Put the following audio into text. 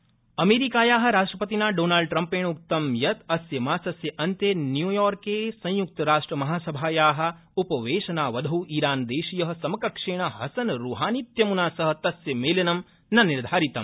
Trump ईरानदेश अमेरीकाया राष्ट्रपतिना डोनाल्ड ट्रम्पेण उक्तं यत् अस्य मासस्य अन्ते न्यूयॉर्के संय्क्तराष्ट्र महासभाया उपवेशनावधौ ईरानदेशीय समकक्षेण हसन रूहानीत्यम्ना सह तस्य मेलनं न निर्धारितम्